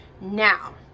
Now